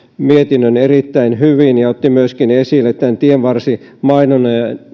mietinnön erittäin hyvin ja otti myöskin esille tämän tienvarsimainonnan